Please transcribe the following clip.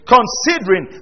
Considering